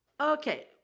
Okay